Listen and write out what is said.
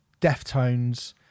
Deftones